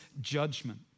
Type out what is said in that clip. judgment